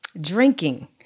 drinking